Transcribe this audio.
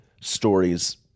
stories